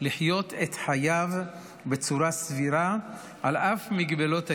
לחיות את חייו בצורה סבירה, על אף מגבלות הגיל,